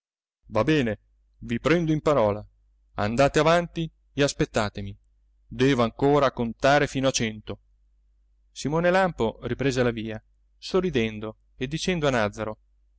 va bene i prendo in parola andate avanti e aspettatemi devo ancora contare fino a cento simone lampo riprese la via sorridendo e dicendo